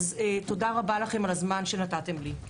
תודה רבה לכם על הזמן שנתתם לי.